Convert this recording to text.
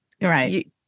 Right